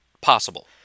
possible